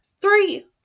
Three